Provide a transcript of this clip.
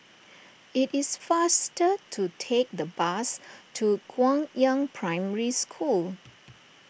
it is faster to take the bus to Guangyang Primary School